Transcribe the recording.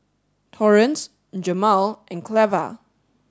Torrence Jemal and Cleva